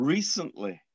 Recently